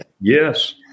Yes